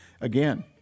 Again